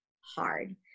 hard